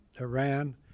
Iran